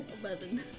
Eleven